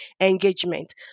engagement